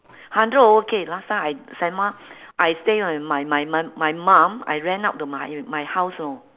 hundred over K last time I send what I stay my my my my my mum I rent out the my my house know